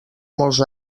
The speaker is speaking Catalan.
molts